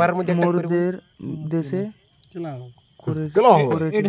যেটা মোরদের দ্যাশে করেটে